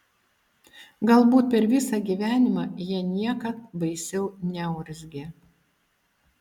galbūt per visą gyvenimą ji niekad baisiau neurzgė